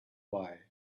why